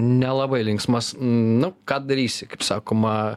nelabai linksmas nu ką darysi kaip sakoma